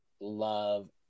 love